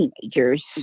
teenagers